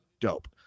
dope